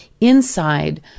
inside